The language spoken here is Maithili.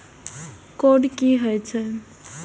कोड की होय छै?